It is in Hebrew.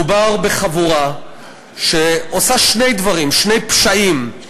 מדובר בחבורה שעושה שני דברים, שני פשעים.